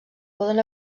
poden